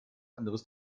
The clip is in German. anderes